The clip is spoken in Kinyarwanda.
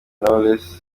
knowless